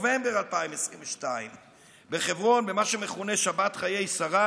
בנובמבר 2022 בחברון במה שמכונה שבת חיי שרה,